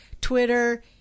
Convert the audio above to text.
Twitter